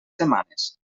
setmanes